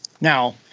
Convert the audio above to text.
Now